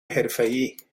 حرفهای